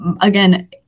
again